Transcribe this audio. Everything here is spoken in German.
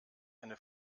eine